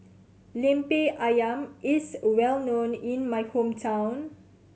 Lemper Ayam is well known in my hometown